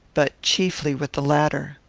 but chiefly with the latter.